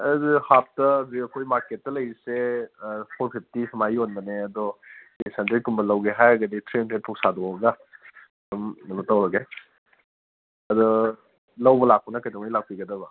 ꯑꯗꯨꯗꯤ ꯍꯥꯞꯇ ꯍꯧꯖꯤꯛ ꯑꯩꯈꯣꯏ ꯃꯥꯔꯀꯦꯠꯇ ꯂꯩꯔꯤꯁꯦ ꯑꯥ ꯐꯣꯔ ꯐꯤꯞꯇꯤ ꯁꯨꯃꯥꯏꯅ ꯌꯣꯟꯕꯅꯦ ꯑꯗꯣ ꯄꯤꯁ ꯍꯟꯗ꯭ꯔꯦꯗ ꯀꯨꯝꯕ ꯂꯧꯒꯦ ꯍꯥꯏꯔꯒꯗꯤ ꯊ꯭ꯔꯤ ꯍꯟꯗ꯭ꯔꯦꯗ ꯐꯥꯎꯕ ꯁꯥꯗꯣꯛꯑꯒ ꯑꯗꯨꯝ ꯀꯩꯅꯣ ꯇꯧꯔꯒꯦ ꯑꯗꯣ ꯂꯧꯕ ꯂꯥꯛꯄꯅ ꯀꯩꯗꯧꯉꯩ ꯂꯥꯛꯄꯤꯒꯗꯕ